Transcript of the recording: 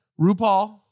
RuPaul